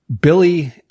Billy